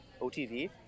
OTV